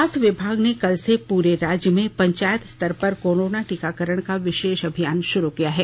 स्वास्थ्य विभाग ने कल से पूरे राज्य में पंचायत स्तर तक करोना टीकाकरण का विशेष अभियान शुरू किया है